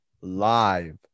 live